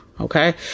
okay